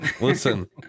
Listen